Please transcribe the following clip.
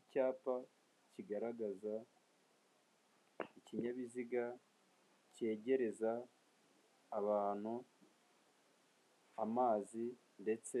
Icyapa kigaragaza ikinyabiziga cyegereza abantu amazi ndetse